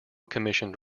commissioned